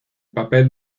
papel